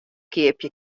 keapje